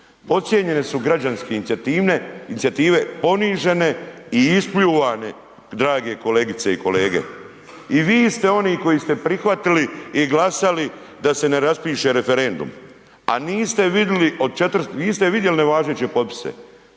Podcijenjene su građanske inicijative, ponižene i ispljuvane, drage kolegice i kolege. I vi ste oni koji ste prihvatili i glasali da se ne raspiše referendum, a niste vidli, od